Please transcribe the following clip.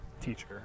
teacher